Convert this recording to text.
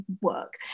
work